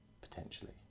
potentially